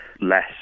less